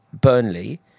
Burnley